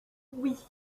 oui